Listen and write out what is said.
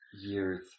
years